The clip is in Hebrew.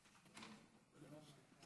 ולא כפי שהוצג פה באופן מעוות ומסולף קודם